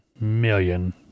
million